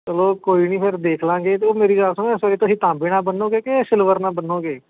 ਚੱਲੋ ਕੋਈ ਨਹੀਂ ਫਿਰ ਦੇਖ ਲਾਂਗੇ ਅਤੇ ਉਹ ਮੇਰੀ ਗੱਲ ਸੁਣੋ ਇਸ ਵਾਰ ਤੁਸੀਂ ਤਾਂਬੇ ਨਾਲ ਬੰਨੋਗੇ ਕਿ ਸਿਲਵਰ ਨਾਲ ਬੰਨੋਗੇ